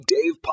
Dave